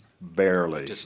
barely